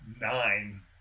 nine